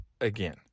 again